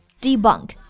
Debunk